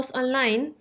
online